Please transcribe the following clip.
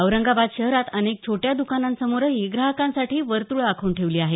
औरंगाबाद शहरात अनेक छोट्या द्कानांसमोरही ग्राहकांसाठी वर्तृळं आखून ठेवली आहेत